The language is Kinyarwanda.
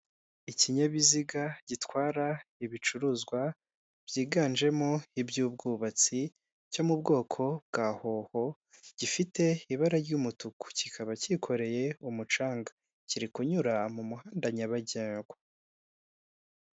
Ikinyabiziga gitwara ibicuruzwa byiganjemo iby'ubwubatsi, cyo mu bwoko bwa hoho gifite ibara ry'umutuku. Kikaba cyikoreye umucanga. Kiri kunyura mu muhanda nyabagendwa.